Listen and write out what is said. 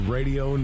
Radio